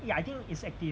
eh I think is active